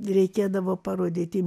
reikėdavo parodyti